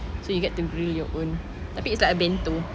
so you get to grill your own tapi it's like a bento